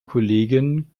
kollegin